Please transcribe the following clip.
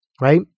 right